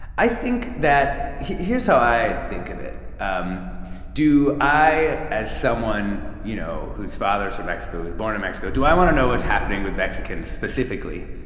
i think that here's how i think of it um do i, as someone, you know, whose father's from mexico, who was born in mexico, do i want to know what's happening with mexicans specifically?